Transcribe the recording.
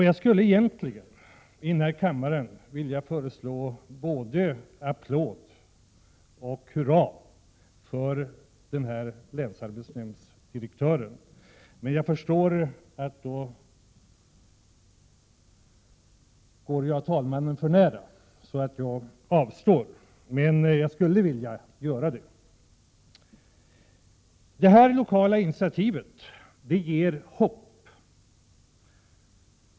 Jag skulle egentligen i denna kammare vilja föreslå både en applåd och ett hurra för denne länsarbetsdirektör, men jag förstår att talmannen inte skulle gå med på detta, och därför avstår jag från det. Detta lokala initiativ ger hopp.